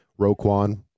Roquan